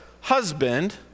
husband